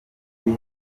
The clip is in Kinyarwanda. mubi